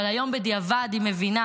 אבל היום בדיעבד היא מבינה,